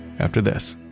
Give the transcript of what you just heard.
after this